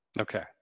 Okay